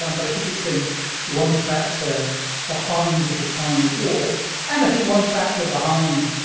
um but i think it's been one factor behind the decline of war and, i think, one factor behind,